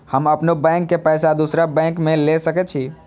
हम अपनों बैंक के पैसा दुसरा बैंक में ले सके छी?